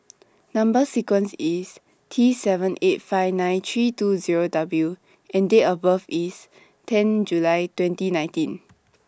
Number sequence IS T seven eight five nine three two Zero W and Date of birth IS ten July twenty nineteen